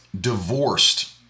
divorced